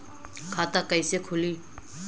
खाता कईसे खुली?